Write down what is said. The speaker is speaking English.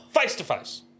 Face-to-face